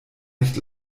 nicht